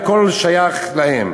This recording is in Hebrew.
הכול שייך להם.